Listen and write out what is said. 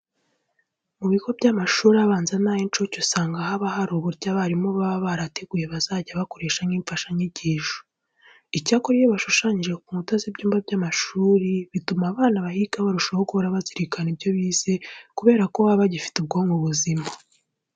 Mu bigo by'amashuri abanza n'ay'incuke usanga haba hari uburyo abarimu baba barateguye bazajya bakoresha nk'imfashanyigisho. Icyakora iyo bashushanyije ku nkuta z'ibyumba by'amashuri bituma abana bahiga barushaho guhora bazirikana ibyo bize kubera ko bo baba bagifite ubwonko buzima.